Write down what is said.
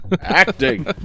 Acting